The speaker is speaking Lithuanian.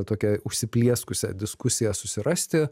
tokią užsiplieskusią diskusiją susirasti